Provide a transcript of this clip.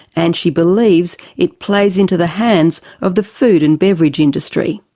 and she believes it plays into the hands of the food and beverage industry.